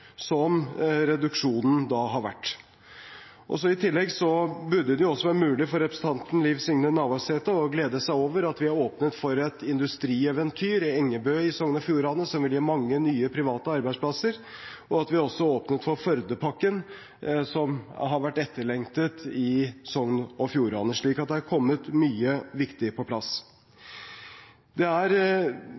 som reduksjonen har vært. I tillegg burde det også være mulig for representanten Liv Signe Navarsete å glede seg over at vi har åpnet for et industrieventyr, Engebø, i Sogn og Fjordane, som vil gi mange nye private arbeidsplasser, og at vi også åpnet for Førdepakken, som har vært etterlengtet i Sogn og Fjordane. Så det er kommet mye viktig på plass. Det er